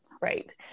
Right